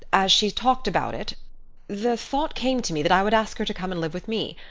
as she talked about it the thought came to me that i would ask her to come and live with me,